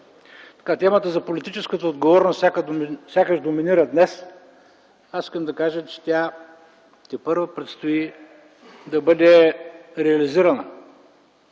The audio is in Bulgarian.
темата за политическата отговорност сякаш доминира днес, аз искам да кажа, че тя тепърва предстои да бъде реализирана.